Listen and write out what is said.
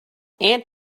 aunt